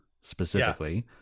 specifically